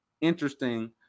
interesting